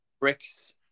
bricks